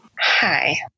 Hi